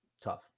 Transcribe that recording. Tough